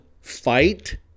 Fight